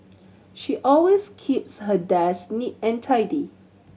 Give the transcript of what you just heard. she always keeps her desk neat and tidy